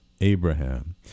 Abraham